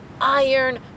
iron